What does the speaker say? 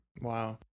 Wow